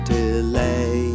delay